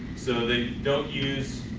so they don't use,